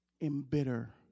embitter